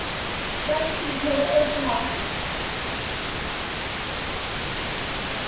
बस ठीक मड़ो तुस सनाओ